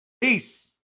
Peace